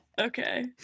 Okay